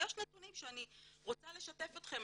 ויש נתונים שאני רוצה לשתף אתכם.